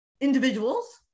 individuals